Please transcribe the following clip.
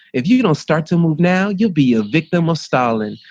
if you don't start to move now you'll be a victim of stalin.